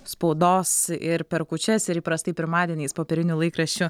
spaudos ir per kūčias ir įprastai pirmadieniais popierinių laikraščių